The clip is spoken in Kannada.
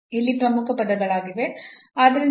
ಆದ್ದರಿಂದ ಸಾಕಷ್ಟು ಸಣ್ಣ h ಮತ್ತು k